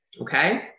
Okay